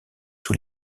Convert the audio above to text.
sous